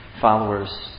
followers